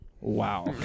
Wow